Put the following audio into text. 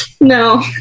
No